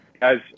guys